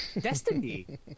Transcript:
Destiny